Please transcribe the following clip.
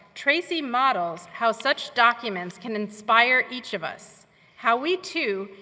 tracy models how such documents can inspire each of us how we, too,